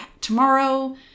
tomorrow